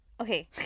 Okay